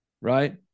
right